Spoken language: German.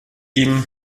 ihm